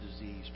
disease